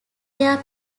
their